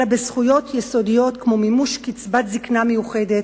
אלא בזכויות יסודיות כמו מימוש קצבת זיקנה מיוחדת,